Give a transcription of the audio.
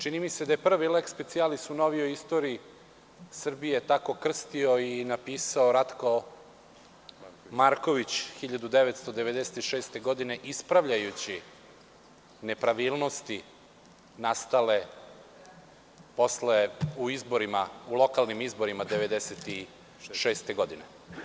Čini mi se da je prvi „leks specijalis“ u novijoj istoriji Srbije tako krstio i napisao Ratko Marković 1996. godine, ispravljajući nepravilnosti nastale u lokalnim izborima 1996. godine.